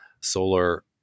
Solar